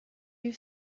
you